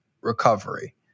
recovery